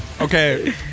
Okay